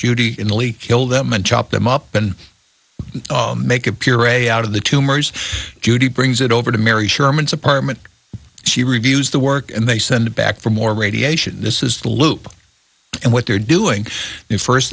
early kill them and chop them up and make a pure a out of the tumors judy brings it over to mary sherman's apartment she reviews the work and they send back for more radiation this is the loop and what they're doing there first